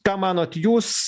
ką manot jūs